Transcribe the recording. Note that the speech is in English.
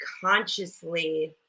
consciously